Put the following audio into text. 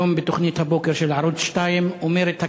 היום בתוכנית הבוקר של ערוץ 2 אומרת הקריינית: